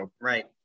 Right